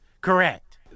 Correct